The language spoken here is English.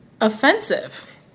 offensive